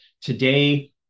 today